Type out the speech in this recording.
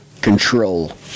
control